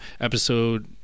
episode